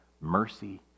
mercy